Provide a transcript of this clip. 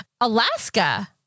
Alaska